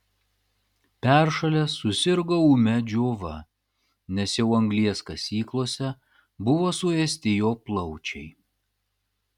peršalęs susirgo ūmia džiova nes jau anglies kasyklose buvo suėsti jo plaučiai